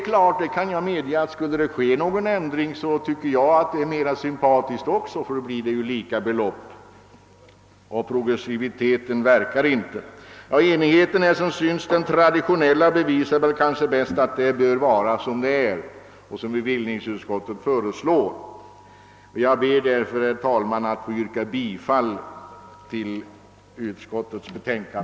Jag kan hålla med om att skall det göras någon ändring, så tycker också jag att den som centern förespråkar är mera sympatisk, ty då blir beloppen lika och progressiviteten verkar inte i det fallet. Enigheten är sålunda den traditionella, och slutsatsen blir närmast att det kanske även i fortsättningen är bäst att ha det såsom det nu är och som bevillningsutskottet har föreslagit. Herr talman! Jag ber att få yrka bifall till utskottets hemställan.